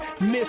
Miss